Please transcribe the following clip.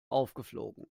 aufgeflogen